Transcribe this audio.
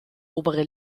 obere